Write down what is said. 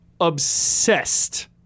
obsessed